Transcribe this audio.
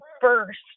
first